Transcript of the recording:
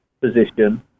position